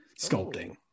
sculpting